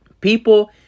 People